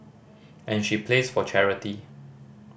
and she plays for charity